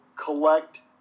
collect